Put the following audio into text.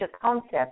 concept